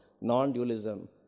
non-dualism